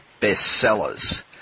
bestsellers